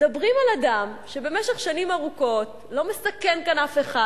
מדברים על אדם שבמשך שנים ארוכות לא מסכן כאן אף אחד.